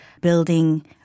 Building